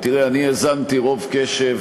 תראה, אני האזנתי רוב קשב